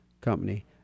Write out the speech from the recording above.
company